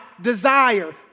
desire